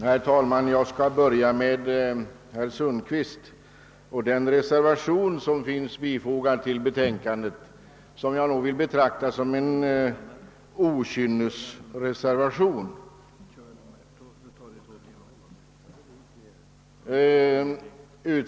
Herr talman! Jag skall börja med herr Sundkvist och säga att den reservation som finns fogad till betänkandet vill jag nog betrakta som en okynnesreservation.